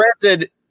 granted